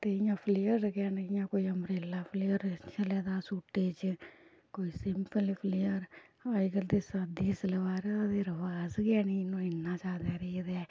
ते इ'यां फलेयर गै न जियां कोई अंबरेला फलेयर चले दा सूटै च कोई सिंपल फलेयर अज्जकल ते सादी सलवार दा गै रवाज़ गै नी हून इन्ना ज्यादा रेही गेदा ऐ